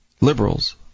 liberals